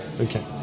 okay